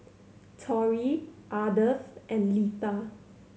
Torry Ardeth and Letha